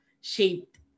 shaped